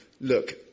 look